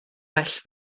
well